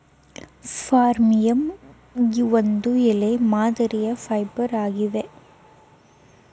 ಫರ್ಮಿಯಂ ಒಂದು ಎಲೆ ಮಾದರಿಯ ಫೈಬರ್ ಆಗಿದೆ